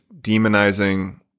demonizing